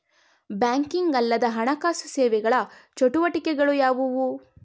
Banking ಅಲ್ಲದ ಹಣಕಾಸು ಸೇವೆಗಳ ಚಟುವಟಿಕೆಗಳು ಯಾವುವು?